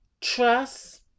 trust